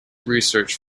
research